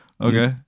okay